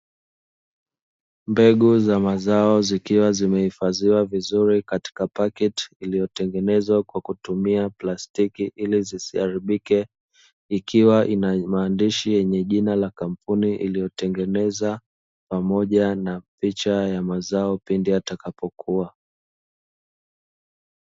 Mbegu za mazao zikiwa zimehifadhiwa vizuri katika pakiti iliyotengenezwa kwa kutumia plastiki ili siziaribike ikiwa ina maandishi ya jina la kampuni iliyotengeneza pamoja na picha ya mazao pindi yatakapo kua.